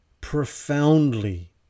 profoundly